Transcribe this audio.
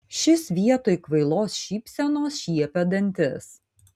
šis vietoj kvailos šypsenos šiepė dantis